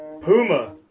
Puma